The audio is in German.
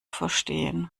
verstehen